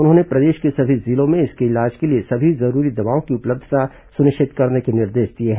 उन्होंने प्रदेश के सभी जिलों में इसके इलाज के लिए सभी जरूरी दवाओं की उपलब्धता सुनिश्चित कराने के निर्देश दिए हैं